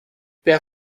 wer